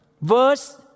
Verse